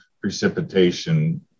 precipitation